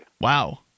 Wow